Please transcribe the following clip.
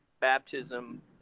baptism